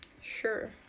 sure